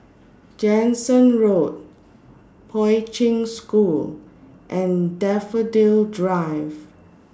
Jansen Road Poi Ching School and Daffodil Drive